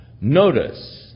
notice